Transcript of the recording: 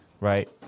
Right